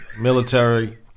military